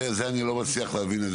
את זה אני לא מצליח להבין.